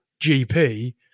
GP